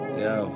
yo